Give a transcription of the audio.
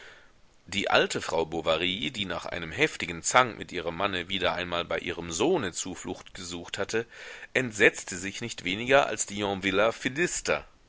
die alte frau bovary die nach einem heftigen zank mit ihrem manne wieder einmal bei ihrem sohne zuflucht gesucht hatte entsetzte sich nicht weniger als die